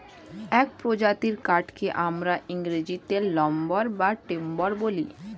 এক প্রজাতির কাঠকে আমরা ইংরেজিতে লাম্বার বা টিম্বার বলি